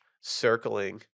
circling